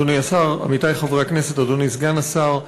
אדוני השר, עמיתי חברי הכנסת, אדוני סגן השר,